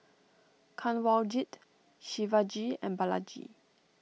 Kanwaljit Shivaji and Balaji